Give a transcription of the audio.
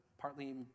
partly